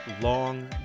long